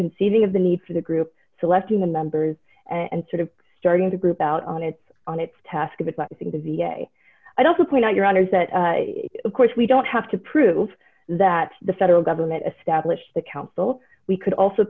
conceiving of the need for the group selecting the members and sort of starting to group out on its on its task of advancing the v a i'd also point out your honour's that of course we don't have to prove that the federal government established the council we could also